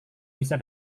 bisa